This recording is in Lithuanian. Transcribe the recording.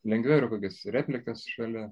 lengviau yra kokias replikas šalia